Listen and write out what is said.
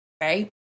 right